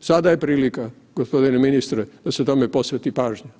Sada je prilika g. ministre da se tome posveti pažnja